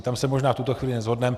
Tam se možná v tuto chvíli neshodneme.